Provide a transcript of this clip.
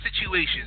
situations